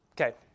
Okay